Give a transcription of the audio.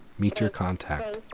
meet your contact.